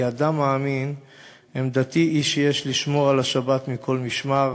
כאדם מאמין עמדתי היא שיש לשמור על השבת מכל משמר.